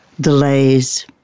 delays